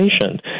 patient